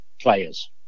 players